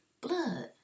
blood